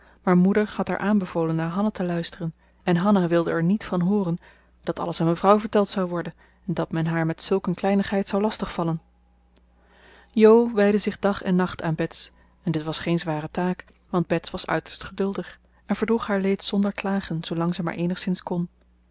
maar moeder had haar aanbevolen naar hanna te luisteren en hanna wilde er niet van hooren dat alles aan mevrouw verteld zou worden en dat men haar met zulk een kleinigheid zou lastig vallen jo wijdde zich dag en nacht aan bets en dit was geen zware taak want bets was uiterst geduldig en verdroeg haar leed zonder klagen zoolang ze maar eenigszins kon